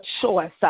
choice